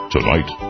Tonight